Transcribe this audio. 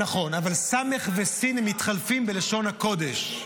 נכון, אבל סמ"ך ושי"ן מתחלפות בלשון הקודש.